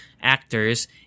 Actors